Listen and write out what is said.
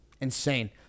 insane